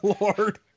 lord